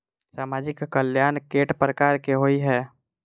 सामाजिक कल्याण केट प्रकार केँ होइ है?